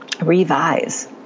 revise